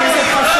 חבר הכנסת חסון,